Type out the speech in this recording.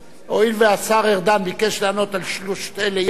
הואיל והשר ארדן ביקש לענות על שלושת אלה יחד,